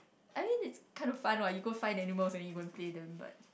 I mean it's kind of fun what you go find animals and then you go play with them but